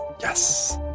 Yes